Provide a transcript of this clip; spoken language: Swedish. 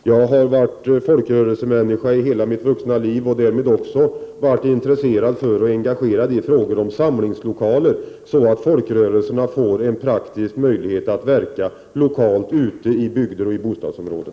Jag har varit folkrörelsemänniska i hela mitt vuxna liv och därmed haft intresse och engagemang för frågor om samlingslokaler där folkrörelserna får en praktisk möjlighet att verka i bygder och bostadsområden.